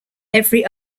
every